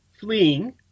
fleeing